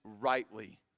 rightly